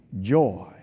joy